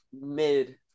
mid